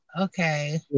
okay